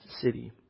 city